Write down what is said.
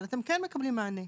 אבל אתם כן מקבלים מענה.